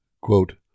Quote